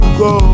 go